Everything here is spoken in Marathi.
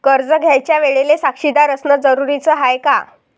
कर्ज घ्यायच्या वेळेले साक्षीदार असनं जरुरीच हाय का?